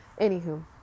anywho